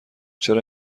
چرا